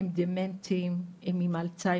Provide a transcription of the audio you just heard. הם דמנטיים, הם עם אלצהיימר.